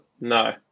No